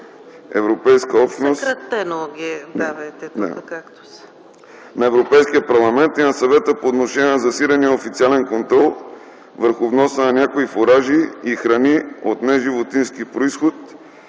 ЕО № 882/2004 на Европейския парламент и на Съвета по отношение на засиления официален контрол върху вноса на някои фуражи и храни от неживотински произход